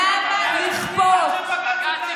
למה לכפות?